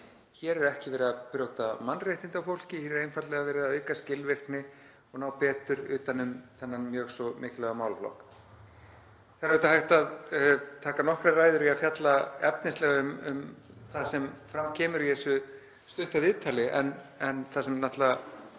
Hér er ekki verið að brjóta mannréttindi á fólki, hér er einfaldlega verið að auka skilvirkni og ná betur utan um þennan mjög svo mikilvæga málaflokk.“ Það er auðvitað hægt að taka nokkrar ræður í að fjalla efnislega um það sem fram kemur í þessu stutta viðtali en þar sem hrópar náttúrlega